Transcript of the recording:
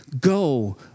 Go